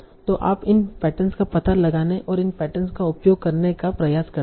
तो आप इन पैटर्नस का पता लगाने और इन पैटर्नस का उपयोग करने का प्रयास करते हैं